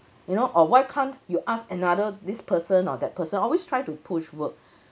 you know or why can't you ask another this person or that person always try to push work